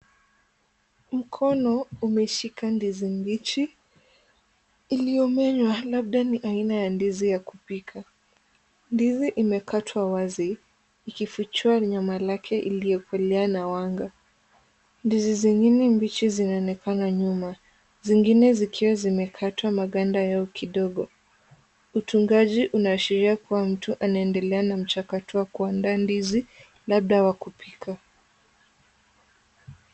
Mkono umeshika ndizi mbichi iliyomenywa, labda ni aina ya ndizi ya kupika. Ndizi imekatwa wazi ikifichua nyama lake iliyokolewa na mwanga. Ndizi zingine mbichi zinaonekana nyuma, zingine zikiwa zimekatwa maganda yao kidogo. Utungaji unaashiria kuwa mtu anaendelea na mchakato wa kuandaa ndizi, labda wa kupika.